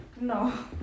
No